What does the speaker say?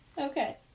Okay